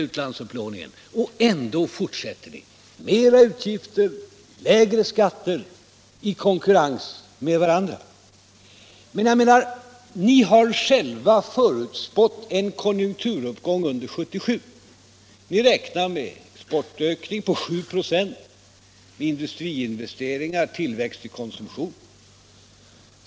Ändå fortsätter ni: Mera utgifter och lägre skatter i konkurrens med varandra. Ni har själva förutspått en konjunkturuppgång under 1977 och räknar med en exportökning på 7 96, med industriinvesteringar och tillväxt i konsumtionen.